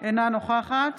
אינה נוכחת